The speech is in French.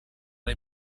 les